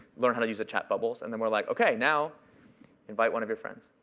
learn how to use the chat bubbles. and then we're like, ok, now invite one of your friends.